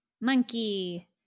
monkey